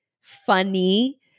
funny